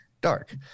dark